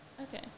Okay